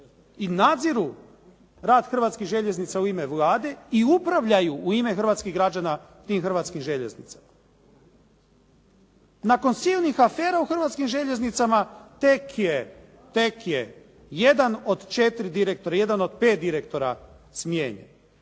i nadziru rad Hrvatskih željeznica u ime Vlade i upravljaju u ime hrvatskih građana tim Hrvatskim željeznica. Nakon silnih afera u Hrvatskim željeznicama tek je jedan od četiri direktora, jedan od pet direktora smijenjen.